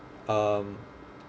um